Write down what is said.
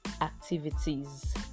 activities